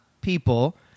people